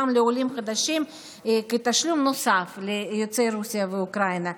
לעולים חדשים כתשלום נוסף ליוצאי רוסיה ואוקראינה,